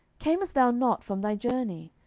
camest thou not from thy journey?